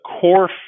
core